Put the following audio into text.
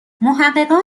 محققان